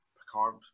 Picard